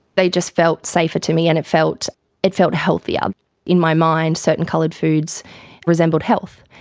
they just felt safer to me, and it felt it felt healthier in my mind, certain coloured foods resembled health.